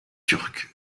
turcs